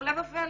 הפלא ופלא.